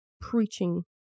preaching